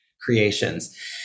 creations